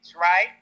right